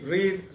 Read